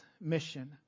mission